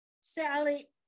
Sally